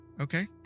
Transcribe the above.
Okay